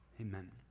amen